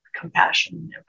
compassion